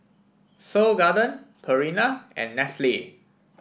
Seoul Garden Purina and Nestle